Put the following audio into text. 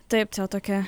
taip čia tokia